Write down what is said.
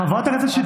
חברת הכנסת שטרית.